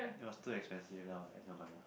it was too expensive then I was like never mind lah